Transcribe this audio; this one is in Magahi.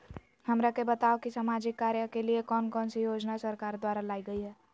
हमरा के बताओ कि सामाजिक कार्य के लिए कौन कौन सी योजना सरकार द्वारा लाई गई है?